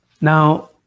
Now